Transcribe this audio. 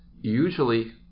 Usually